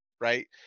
right